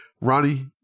Ronnie